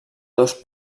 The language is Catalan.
dos